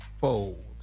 fold